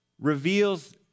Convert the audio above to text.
reveals